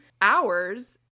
Hours